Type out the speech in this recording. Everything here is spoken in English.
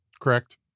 Correct